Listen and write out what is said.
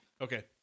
Okay